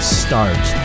start